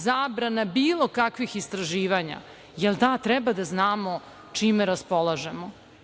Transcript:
zabrana bilo kakvih istraživanja, jer treba da znamo čime raspolažemo